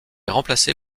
remplacée